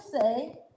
say